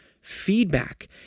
Feedback